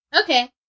Okay